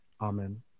Amen